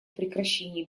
прекращении